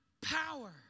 power